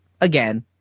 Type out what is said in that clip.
again